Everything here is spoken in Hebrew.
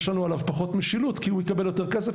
יש לנו עליו פחות משילות כי הוא יקבל יותר כסף,